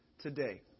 today